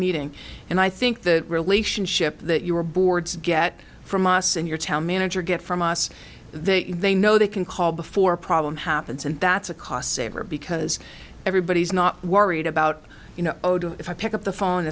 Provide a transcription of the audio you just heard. meeting and i think the relationship that you were boards get from us and your town manager get from us they they know they can call before a problem happens and that's a cost saver because everybody's not worried about you know if i pick up the phone